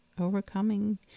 overcoming